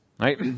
right